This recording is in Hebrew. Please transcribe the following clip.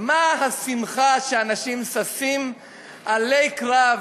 מה השמחה, שאנשים ששים אלי קרב,